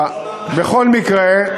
בכל מקרה,